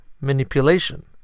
manipulation